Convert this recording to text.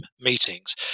meetings